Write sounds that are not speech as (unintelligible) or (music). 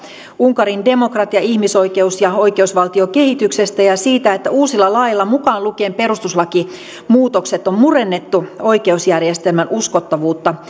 unkarin demokratia ihmisoikeus ja oikeusvaltiokehityksestä ja siitä että uusilla laeilla mukaan lukien perustuslakimuutokset on murennettu oikeusjärjestelmän uskottavuutta (unintelligible)